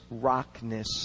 rockness